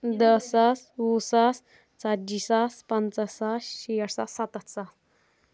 دہ ساس وُہ ساس ژتجی ساس پنژاہ ساس شیٹھ ساس ستتھ ساس